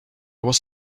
was